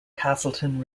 castleton